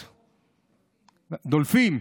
דולפות, דולפים.